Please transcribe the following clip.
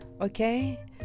okay